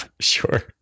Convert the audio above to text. sure